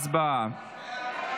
הצבעה.